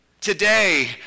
Today